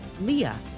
leah